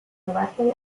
directly